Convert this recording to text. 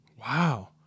Wow